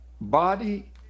body